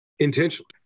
intentionally